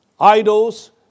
idols